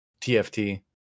TFT